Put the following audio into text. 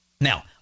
Now